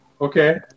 Okay